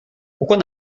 pourquoi